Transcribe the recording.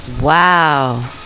wow